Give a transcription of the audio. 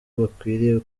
bakwiriye